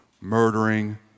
murdering